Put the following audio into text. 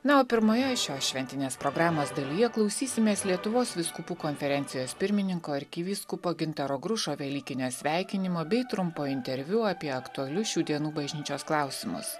na o pirmoje šios šventinės programos dalyje klausysimės lietuvos vyskupų konferencijos pirmininko arkivyskupo gintaro grušo velykinio sveikinimo bei trumpo interviu apie aktualius šių dienų bažnyčios klausimus